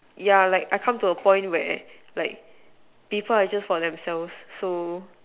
yeah like I come to a point where like people are just for themselves so